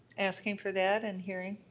asking for that and hearing.